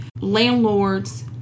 landlords